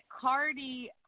Cardi